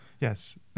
Yes